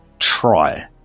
try